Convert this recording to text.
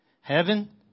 Heaven